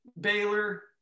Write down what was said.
Baylor